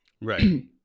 Right